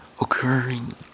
occurring